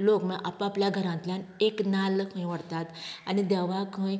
लोक म्हळ्यार आपआपल्या घरांतल्यान एक नाल्ल थंय व्हरतात आनी देवाक खंय